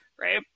right